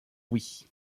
wii